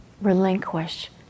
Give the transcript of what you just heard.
relinquish